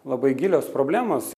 labai gilios problemos